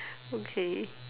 okay